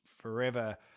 forever